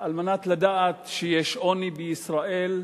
על מנת לדעת שיש עוני בישראל.